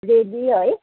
रेली है